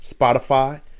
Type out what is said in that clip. Spotify